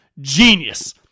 genius